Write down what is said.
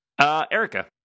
Erica